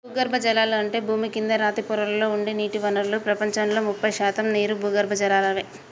భూగర్బజలాలు అంటే భూమి కింద రాతి పొరలలో ఉండే నీటి వనరులు ప్రపంచంలో ముప్పై శాతం నీరు ఈ భూగర్బజలలాదే